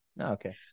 Okay